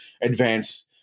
advance